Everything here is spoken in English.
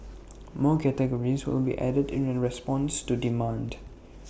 more categories will be added in response to demand